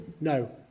No